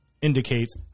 indicates